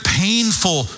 painful